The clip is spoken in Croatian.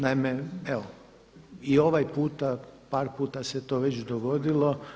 Naime, evo i ovaj puta, par puta se to već dogodilo.